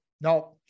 no